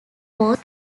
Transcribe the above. was